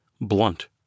blunt